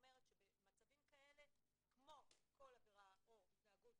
אומרת שבמצבים כאלה כמו כל עבירה או התנהגות